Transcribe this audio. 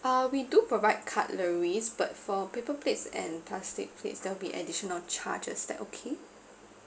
uh we do provide cutleries but for paper plates and plastic plates there'll be additional charges is that okay